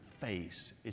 face